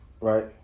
Right